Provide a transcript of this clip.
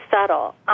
subtle